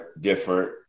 different